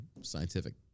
scientific